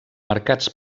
mercats